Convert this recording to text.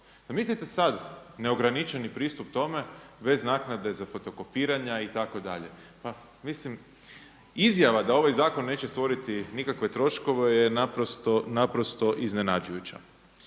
zamislite sad neograničeni pristup tome bez naknade za fotokopiranja itd. Pa mislim izjava da ovaj zakon neće stvoriti nikakve troškove je naprosto iznenađujuća.